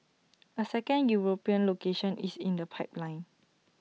A second european location is in the pipeline